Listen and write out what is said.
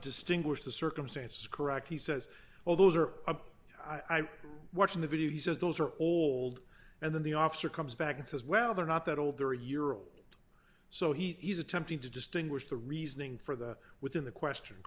distinguished the circumstances correct he says well those are i'm watching the video he says those are old and then the officer comes back and says well they're not that old three year old so he's attempting to distinguish the reasoning for the with in the question